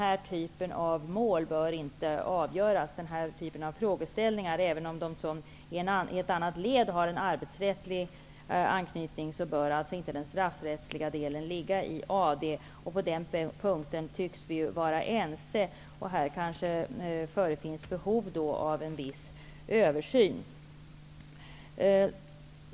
Även om frågeställningar av den här typen i ett annat led har en arbetsrättslig anknytning, bör den straffrättsliga delen inte ligga hos AD. På den punkten tycks vi vara ense. Det kanske finns behov av en viss översyn.